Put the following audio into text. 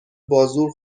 بازور